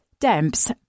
Demps